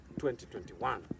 2021